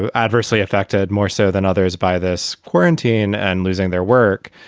ah adversely affected more so than others by this quarantine and losing their work.